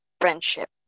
friendship